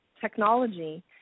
Technology